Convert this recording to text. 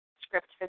script